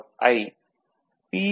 ஓ